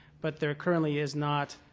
but there currently is not